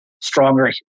stronger